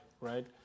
right